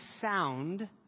sound